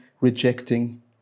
rejecting